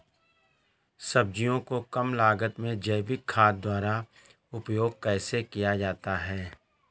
सब्जियों को कम लागत में जैविक खाद द्वारा उपयोग कैसे किया जाता है?